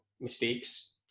mistakes